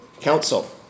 Council